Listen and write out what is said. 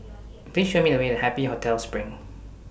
Please Show Me The Way to Happy Hotel SPRING